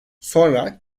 sonra